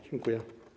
Dziękuję.